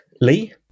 Lee